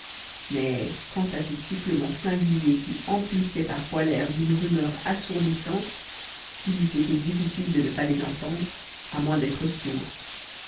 mais quant à ces sifflements singuliers qui emplissaient parfois l'air d'une rumeur assourdissante il eût été difficile de ne pas les entendre à moins d'être sourd